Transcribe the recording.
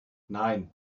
nein